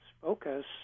focus